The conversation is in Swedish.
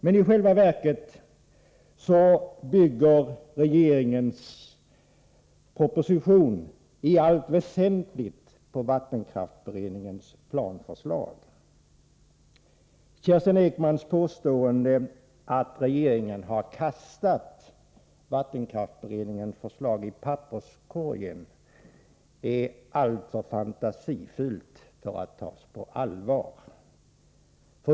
Men i själva verket bygger regeringens proposition i allt väsentligt på vattenkraftsberedningens planförslag. Kerstin Ekmans påstående att regeringen har kastat vattenkraftsbered ningens förslag i papperskorgen är alltför fantasifullt för att tas på allvar.